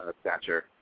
stature